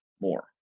more